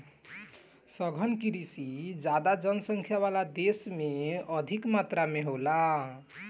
सघन कृषि ज्यादा जनसंख्या वाला देश में अधिक मात्रा में होला